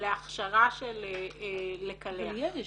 להכשרה של לקלח -- אבל יש,